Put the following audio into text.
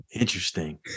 Interesting